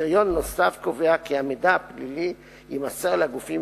קריטריון נוסף קובע כי המידע הפלילי יימסר לגופים